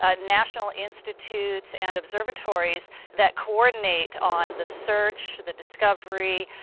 ah national institutes, and observatories that coordinate on the search, the discovery,